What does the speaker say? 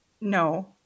No